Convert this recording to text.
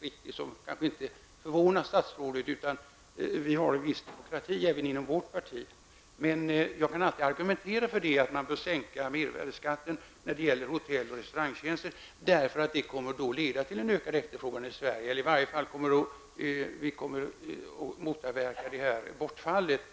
vilket kanske inte förvånar statsrådet, eftersom det finns en viss demokrati även inom vårt parti, men jag kan alltid argumentera för en sänkning av mervärdeskatten när det gäller hotell och restaurangtjänster. Detta skulle ju leda till en ökning av efterfrågan i Sverige eller i varje fall motverka bortfallet.